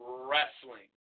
wrestling